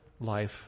life